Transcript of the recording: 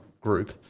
Group